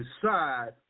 decide